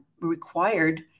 required